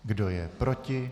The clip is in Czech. Kdo je proti?